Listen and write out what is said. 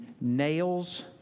nails